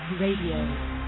Radio